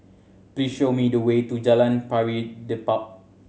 please show me the way to Jalan Pari Dedap